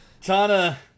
Tana